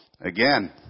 Again